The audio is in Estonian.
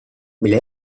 mille